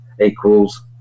equals